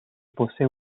posee